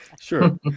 sure